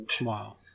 wow